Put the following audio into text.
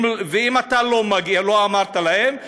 אם לא אמרת להם,